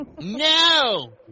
No